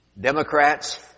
Democrats